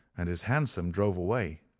and his hansom drove away.